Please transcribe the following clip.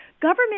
government